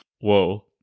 whoa